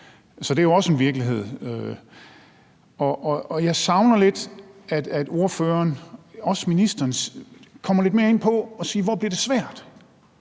Så det er jo også en virkelighed. Jeg savner lidt, at ordføreren, også ministeren, kommer lidt mere ind på at sige, hvor det bliver svært,